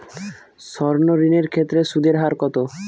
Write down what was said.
সর্ণ ঋণ এর ক্ষেত্রে সুদ এর হার কত?